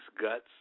guts